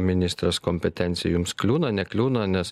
ministrės kompetenciją jums kliūna nekliūna nes